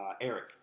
Eric